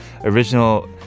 original